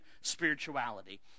spirituality